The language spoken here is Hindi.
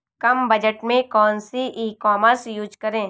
कम बजट में कौन सी ई कॉमर्स यूज़ करें?